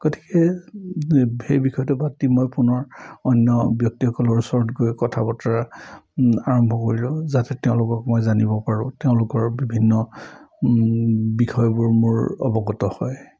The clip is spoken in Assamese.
গতিকে সেই বিষয়টো বাদ দি মই পুনৰ অন্য ব্যক্তিসকলৰ ওচৰত গৈ কথা বতৰা আৰম্ভ কৰিলোঁ যাতে তেওঁলোকক মই জানিব পাৰোঁ তেওঁলোকৰ বিভিন্ন বিষয়বোৰ মোৰ অৱগত হয়